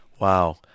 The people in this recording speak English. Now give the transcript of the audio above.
Wow